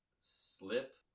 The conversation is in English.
slip